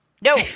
No